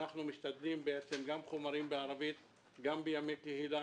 אנחנו משתדלים לתת גם חומרים בערבית וגם בימי קהילה.